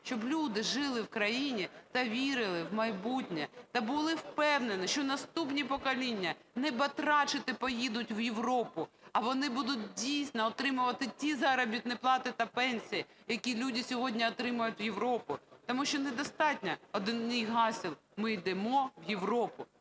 щоб люди жили в країні та вірили в майбутнє та були впевнені, що наступні покоління не батрачити поїдуть в Європу, а вони будуть дійсно отримувати ті заробітні плати та пенсії, які люди сьогодні отримують в Європі. Тому що недостатньо одних гасел "Ми йдемо в Європу!",